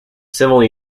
civil